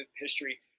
history